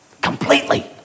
Completely